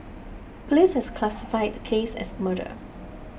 police has classified the case as murder